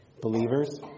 Believers